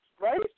Right